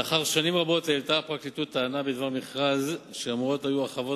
לאחר שנים רבות העלתה הפרקליטות טענה בדבר מכרז שהחוות היו אמורות